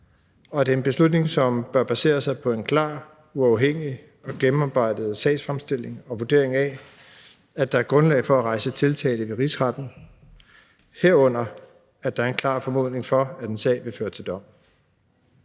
og det er en beslutning, som bør basere sig på en klar, uafhængig og gennemarbejdet sagsfremstilling og vurdering af, at der er grundlag for at rejse tiltale ved Rigsretten, herunder at der er en klar formodning om, at en sag vil føre til dom.